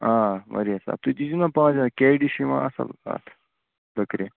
آ واریاہ صاف تُہۍ دیٖہِو نا پانہٕ نظر کے ڈی چھِ یِوان اَصٕل اَتھ لٔکرِ